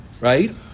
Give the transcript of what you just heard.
right